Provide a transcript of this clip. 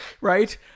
right